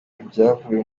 ibyavuye